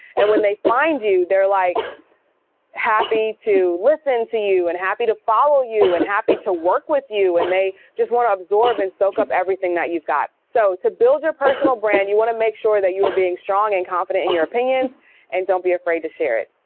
and when they find you they're like happy to listen to you and happy to follow you and happy to work with you and they just want to absorb and soak up everything that you've you've got. so to build your personal brand, you want to make sure that you are being strong and confident in your opinions and don't be afraid to share it.